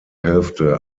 hälfte